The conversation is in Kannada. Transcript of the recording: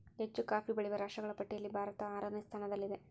ಹೆಚ್ಚು ಕಾಫಿ ಬೆಳೆಯುವ ರಾಷ್ಟ್ರಗಳ ಪಟ್ಟಿಯಲ್ಲಿ ಭಾರತ ಆರನೇ ಸ್ಥಾನದಲ್ಲಿದೆ